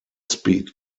speed